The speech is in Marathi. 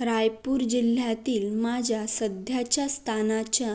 रायपूर जिल्ह्यातील माझ्या सध्याच्या स्थानाच्या